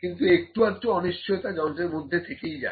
কিন্তু একটু আধটু অনিশ্চয়তা যন্ত্রের মধ্যে থেকেই যায়